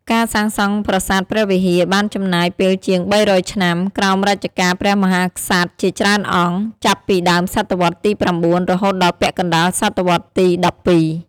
ការសាងសង់ប្រាសាទព្រះវិហារបានចំណាយពេលជាង ៣០០ ឆ្នាំ ក្រោមរជ្ជកាលព្រះមហាក្សត្រជាច្រើនអង្គ ចាប់ពីដើមសតវត្សរ៍ទី ៩ រហូតដល់ពាក់កណ្ដាលសតវត្សរ៍ទី ១២។